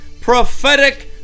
prophetic